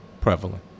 prevalent